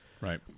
Right